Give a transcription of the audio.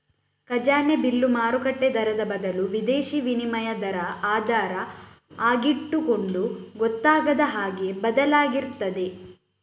ಖಜಾನೆ ಬಿಲ್ಲು ಮಾರುಕಟ್ಟೆ ದರದ ಬದಲು ವಿದೇಶೀ ವಿನಿಮಯ ದರ ಆಧಾರ ಆಗಿಟ್ಟುಕೊಂಡು ಗೊತ್ತಾಗದ ಹಾಗೆ ಬದಲಾಗ್ತಿರ್ತದೆ